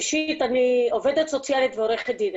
ראשית אני עובדת סוציאלית ועורכת דין,